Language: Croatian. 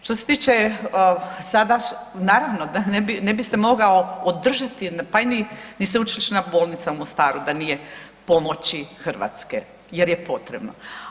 Što se tiče sada, naravno da ne bi se mogao održati pa ni Sveučilišna bolnica u Mostaru da nije pomoći Hrvatske jer je potrebno.